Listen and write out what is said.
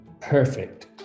perfect